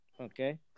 okay